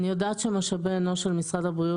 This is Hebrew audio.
אני יודעת שמשאבי אנוש של משרד הבריאות